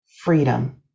freedom